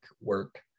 work